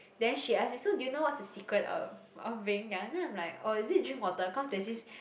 then she ask me so do you know what's the secret of of being young then I'm like oh is it drink water cause there's this